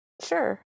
sure